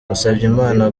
musabyimana